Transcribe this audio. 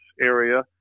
area